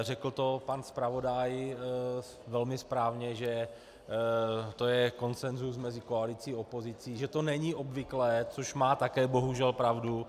Řekl to pan zpravodaj velmi správně, že to je konsenzus mezi koalicí a opozicí, že to není obvyklé, což má také bohužel pravdu.